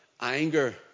anger